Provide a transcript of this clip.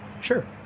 Sure